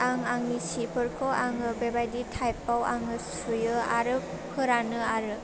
आं आंनि सिफोरखौ आङो बेबायदि थाइबाव आङो सुयो आरो फोरानो आरो